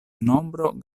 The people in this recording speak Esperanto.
nombro